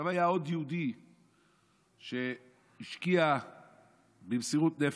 היה עוד יהודי שהשקיע במסירות נפש,